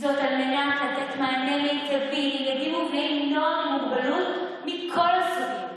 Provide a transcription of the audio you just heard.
על מנת לתת מענה מיטבי לילדים ובני נוער עם מוגבלויות מכל הסוגים,